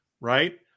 right